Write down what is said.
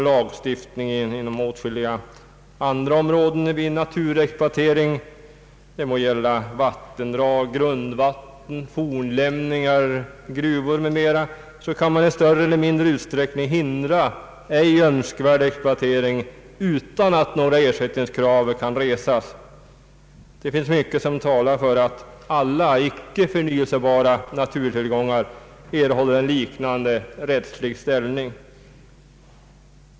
Lagstiftningen på åtskilliga andra områden vid naturexploatering — det må gälla vattendrag, grundvatten, fornlämningar, gruvor m.m. — ger samhället möjlighet att i större eller mindre utsträckning hindra ej önskvärd exploatering utan att några ersättningskrav kan resas. Det finns mycket som talar för att alla icke förnyelsebara naturtillgångar erhåller en liknande rättslig ställning.